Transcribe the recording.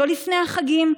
לא לפני החגים,